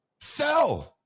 sell